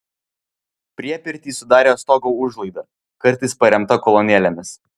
priepirtį sudarė stogo užlaida kartais paremta kolonėlėmis